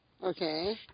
Okay